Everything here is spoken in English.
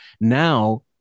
now